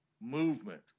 movement